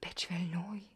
bet švelnioji